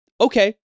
okay